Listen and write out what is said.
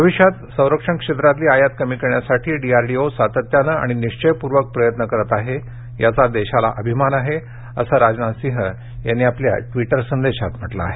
भविष्यात संरक्षण क्षेत्रातली आयात कमी करण्यासाठी डीआरडीओ सातत्यानं आणि निश्चयपूर्वक प्रयत्न करत आहे याचा देशाला अभिमान आहे असं राजनाथ सिंह यांनी आपल्या ट्विटर संदेशात म्हटलं आहे